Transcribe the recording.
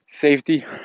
safety